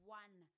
one